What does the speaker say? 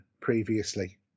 previously